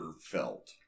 felt